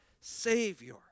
Savior